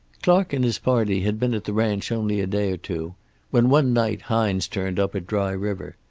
clark and his party had been at the ranch only a day or two when one night hines turned up at dry river.